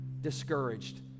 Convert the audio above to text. discouraged